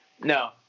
No